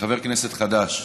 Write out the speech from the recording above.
כחבר כנסת חדש,